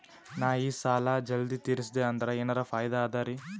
ನಾ ಈ ಸಾಲಾ ಜಲ್ದಿ ತಿರಸ್ದೆ ಅಂದ್ರ ಎನರ ಫಾಯಿದಾ ಅದರಿ?